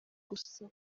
gusa